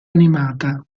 animata